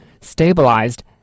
stabilized